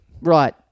Right